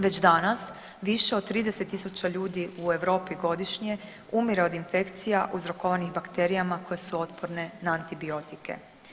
Već danas više od 30 000 ljudi u Europi godišnje umire od infekcija uzrokovanih bakterijama koje su otporne na antibiotike.